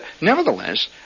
nevertheless